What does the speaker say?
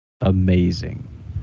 amazing